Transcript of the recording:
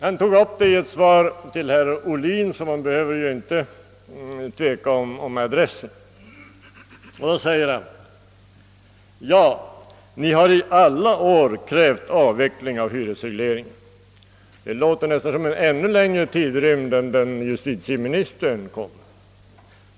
Han tog upp detta i ett svar till herr Ohlin, varför man inte behöver tveka om adressen. Han sade: »Ja, ni har i alla år krävt avveckling av hyresregleringen.» Det låter nästan som en ännu längre tidrymd än justitieministern angav.